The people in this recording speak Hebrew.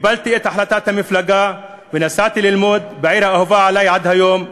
קיבלתי את החלטת המפלגה ונסעתי ללמוד בעיר האהובה עלי עד היום,